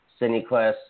CineQuest